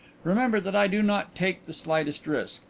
remember that i do not take the slightest risk.